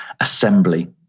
assembly